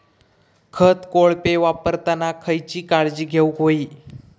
खत कोळपे वापरताना खयची काळजी घेऊक व्हयी?